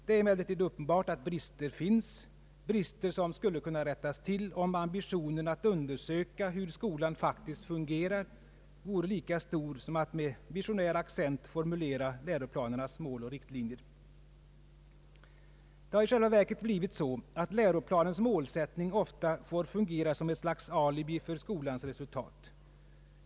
Det är emellertid uppenbart att brister finns, brister som skulle kunna rättas till, om ambitionen att undersöka hur skolan faktiskt fungerar vore lika stor som att med visionär accent formulera läroplanernas ”mål och riktlinjer”. Det har i själva verket blivit så att läroplanens målsättning ofta får fungera som ett slags alibi för skolans resultat.